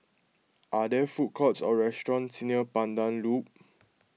are there food courts or restaurants near Pandan Loop